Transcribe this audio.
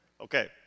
Okay